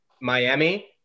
Miami –